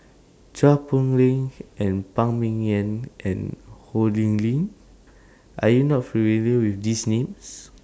Chua Poh Leng and Phan Ming Yen and Ho Lee Ling Are YOU not familiar with These Names